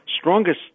strongest